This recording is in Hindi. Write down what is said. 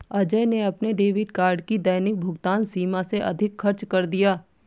अजय ने अपने डेबिट कार्ड की दैनिक भुगतान सीमा से अधिक खर्च कर दिया